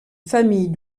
famille